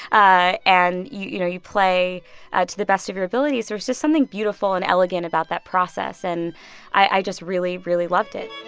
and, you know, you play to the best of your abilities. there's just something beautiful and elegant about that process. and i just really, really loved it